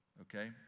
okay